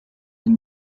den